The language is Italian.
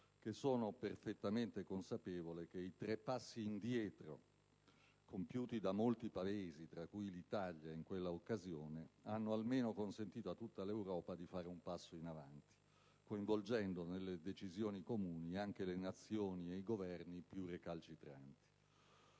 che sono perfettamente consapevole che i tre passi indietro compiuti da molti Paesi, tra cui l'Italia, in quella occasione hanno almeno consentito a tutta l'Europa di fare un passo in avanti, coinvolgendo nelle decisioni comuni anche le Nazioni e i Governi più recalcitranti.